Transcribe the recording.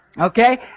Okay